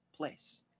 place